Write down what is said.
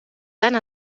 tant